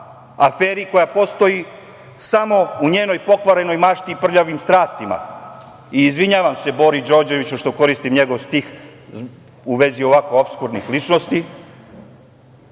aferi koja postoji samo u njenoj pokvarenoj mašti i prljavim strastima, i izvinjavam se Bori Đorđeviću što koristim njegov stih u vezi ovako opskurnih ličnosti,